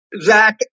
Zach